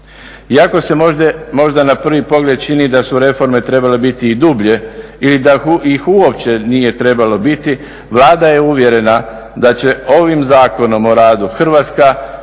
Iako se možda na prvi pogled čini da su reforme trebale biti i dublje ili da ih uopće nije trebalo biti Vlada je uvjerena da će ovim Zakonom o radu Hrvatska